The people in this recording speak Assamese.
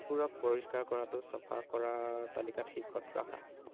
কুকুৰক পৰিষ্কাৰ কৰাটো চফা কৰাৰ তালিকাত শীৰ্ষত ৰাখা